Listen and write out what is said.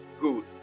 good